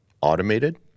automated